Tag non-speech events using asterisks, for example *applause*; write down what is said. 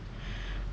*breath*